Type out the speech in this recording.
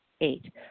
Eight